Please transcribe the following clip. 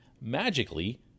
magically